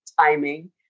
timing